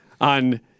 on